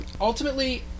ultimately